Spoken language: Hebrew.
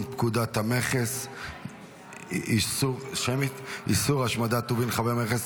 פקודת המכס (איסור השמדת טובין חבי מכס),